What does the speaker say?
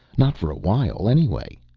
not for a while anyway.